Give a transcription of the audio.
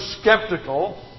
skeptical